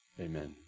amen